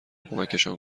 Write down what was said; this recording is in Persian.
کمکشان